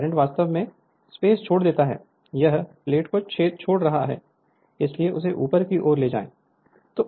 current वास्तव में space छोड़ देता है या प्लेट को छोड़ देता है इसलिए इसे ऊपर की ओर ले जाएं